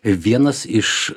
vienas iš